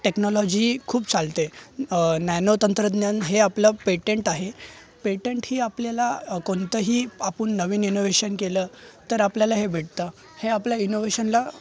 technology ही खूप चालते नॅनो तंत्रज्ञान हे आपलं पेटंट आहे पेटंट ही आपल्याला कोणतंही आपण नवीन इनोव्हेशन केलं तर आपल्याला हे भेटतं हे आपल्या इनोव्हेशनला